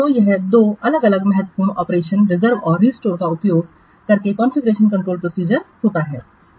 तो यह दो अलग अलग महत्वपूर्ण ऑपरेशन रिजर्व और रिस्टोर का उपयोग करके कॉन्फ़िगरेशन कंट्रोल प्रोसीजर होता है